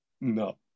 No